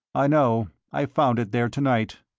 i know! i found it there to-night.